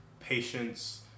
patience